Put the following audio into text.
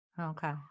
okay